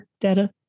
Data